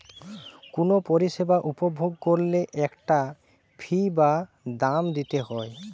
কুনো পরিষেবা উপভোগ কোরলে একটা ফী বা দাম দিতে হই